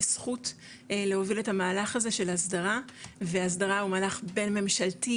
זכות להוביל את המהלך הזה של ההסדרה והסדרה הוא מהלך בין-ממשלתי,